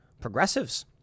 progressives